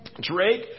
Drake